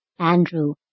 Andrew